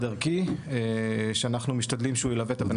ערכי שאנחנו משתדלים שהוא ילווה את הבן אדם.